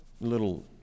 little